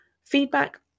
feedback